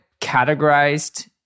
categorized